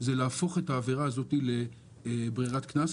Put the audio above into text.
הוא להפוך את העבירה הזאת לברירת קנס.